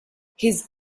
his